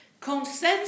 Consensus